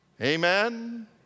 Amen